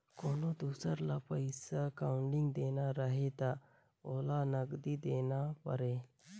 कोनो दुसर ल पइसा कउड़ी देना रहें त ओला नगदी देना परे